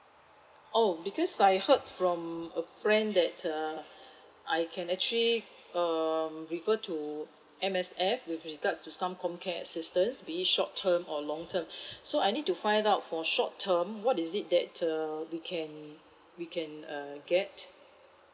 oh because I heard from a friend that uh I can actually um refer to M_S_F with regards to some comcare assistance be it short term or long term so I need to find out for short term what is it that err we can we can uh get